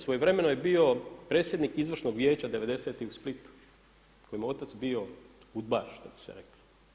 Svojevremeno je bio predsjednik izvršnog Vijeća devedesetih u Splitu kojima je otac bio udbaš što bi se reklo.